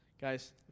Guys